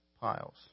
piles